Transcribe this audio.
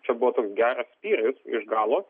čia buvo toks geras spyris iš galo